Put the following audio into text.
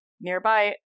nearby